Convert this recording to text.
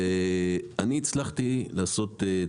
ואני הצלחתי לעשות,